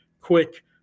quick